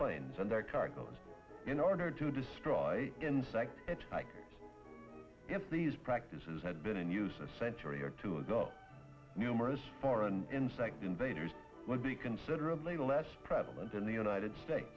planes and their cargoes in order to destroy incite it if these practices had been in use a century or two ago numerous foreign insect invaders would be considerably less prevalent in the united states